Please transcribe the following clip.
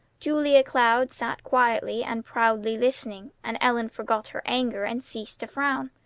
julia cloud sat quietly and proudly listening and ellen forgot her anger, and ceased to frown.